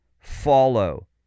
follow